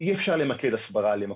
אי-אפשר למקד הסברה רק